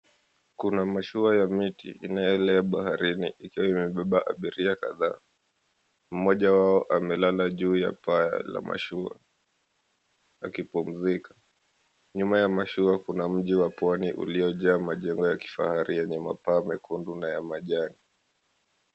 Kuna mashua ya miti inayoelea baharini ikiwa imebeba abiria kadhaa. Mmoja wao amelala upande wa juu la mashua akipumzika. Nyuma ya mashua kuna mji wa pwani uliojaa majengo ya kifahari yenye mapaa mekundu na ya majani.